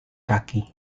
kaki